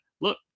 look